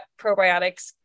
probiotics